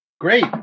great